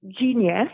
genius